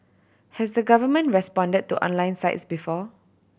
has the government responded to online sites before